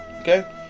okay